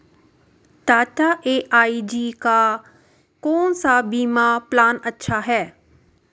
Tata AIG का कौन सा बीमा प्लान अच्छा है?